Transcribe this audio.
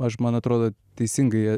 aš man atrodo teisingai